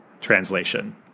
translation